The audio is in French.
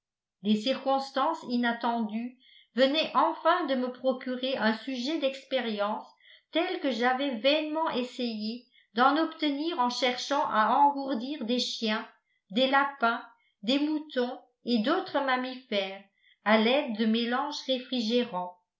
des circonstances inattendues venaient enfin de me procurer un sujet d'expériences tel que j'avais vainement essayé d'en obtenir en cherchant à engourdir des chiens des lapins des moutons et d'autres mammifères à l'aide de mélanges réfrigérants